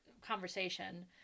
conversation